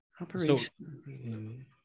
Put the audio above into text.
operation